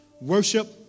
worship